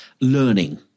learning